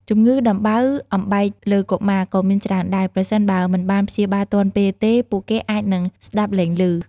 ជម្ងឺដំបៅដំបែកលើកុមារក៏មានច្រើនដែរ ប្រសិនបើមិនបានព្យាបាលទាន់ពេលទេ ពួកគេអាចនឹងស្ដាប់លែងឮ។